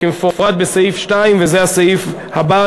כמפורט בסעיף 2. וזה הסעיף הבא,